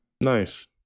Nice